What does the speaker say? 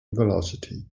velocity